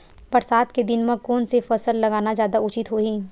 बरसात के दिन म कोन से फसल लगाना जादा उचित होही?